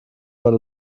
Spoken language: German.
mal